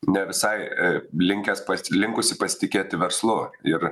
ne visai linkęs linkusi pasitikėti verslu ir